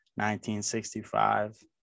1965